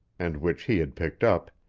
and which he had picked up,